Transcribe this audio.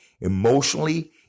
emotionally